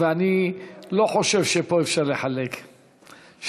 ואני לא חושב שפה אפשר לחלק שלוש.